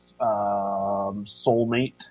soulmate